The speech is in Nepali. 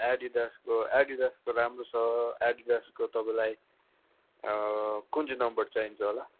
एडिडासको एडिडासको राम्रो छ एडिडासको तपाईँलाई कुन चाहिँ नम्बर चाहिन्छ होला